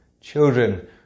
children